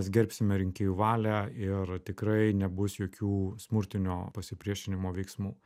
mes gerbsime rinkėjų valią ir tikrai nebus jokių smurtinio pasipriešinimo veiksmų